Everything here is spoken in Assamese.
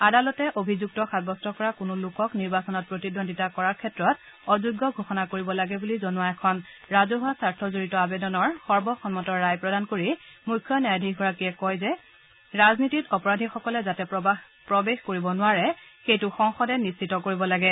আদালতে অভিযুক্ত সাব্যস্ত কৰা কোনো লোকক নিৰ্বাচনত প্ৰতিদ্বন্দ্বিতা কৰাৰ ক্ষেত্ৰত অযোগ্য ঘোষণা কৰিব লাগে বুলি জনোৱা এখন ৰাজহুৱা স্বাৰ্থজড়িত আবেদনৰ সৰ্বসন্মত ৰায় প্ৰদান কৰি মুখ্য ন্যায়াধীশগৰাকীয়ে কয় যে ৰাজনীতিত অপৰাধীসকলে যাতে প্ৰৱেশ কৰিব নোৱাৰে সেইটো সংসদে নিশ্চিত কৰিব লাগে